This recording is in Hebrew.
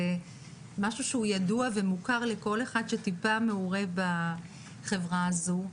זה משהו שהוא ידוע ומוכר לכל אחד שטיפה מעורה בחברה הזו,